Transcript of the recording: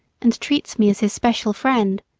and treats me as his special friend.